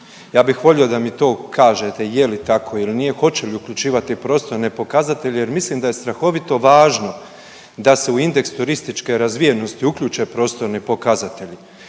Ja bih volio da mi to kažete je li tako il nije, hoće li uključivati prostorne pokazatelje jer mislim da je strahovito važno da se u indeks turističke razvijenosti uključe prostorni pokazatelji